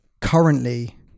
currently